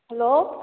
hello